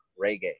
reggae